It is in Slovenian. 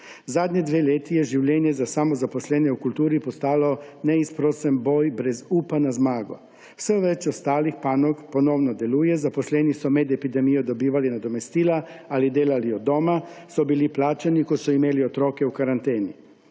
Zadnji dve leti je življenje za samozaposlene v kulturi postalo neizprosen boj brez upa na zmago. Vse več ostalih panog ponovno deluje, zaposleni so med epidemijo dobivali nadomestila ali delali od doma, so bili plačani, ko so imeli otroke v karanteni.